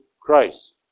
Christ